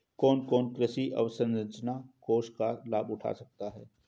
कौन कौन कृषि अवसरंचना कोष का लाभ उठा सकता है?